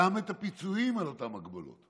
גם את הפיצויים על אותן הגבלות.